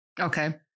Okay